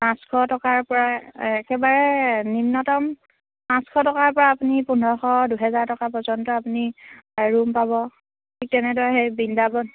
পাঁচশ টকাৰ পৰা একেবাৰে নিম্নতম পাঁচশ টকাৰ পৰা আপুনি পোন্ধৰশ দুহেজাৰ টকা পৰ্যন্ত আপুনি ৰুম পাব ঠিক তেনেদৰে সেই বৃন্দাবন